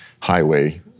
highway